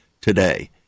today